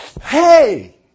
hey